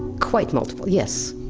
quite multiple, yes.